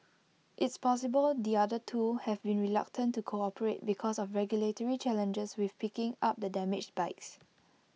it's possible the other two have been reluctant to cooperate because of regulatory challenges with picking up the damaged bikes